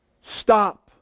Stop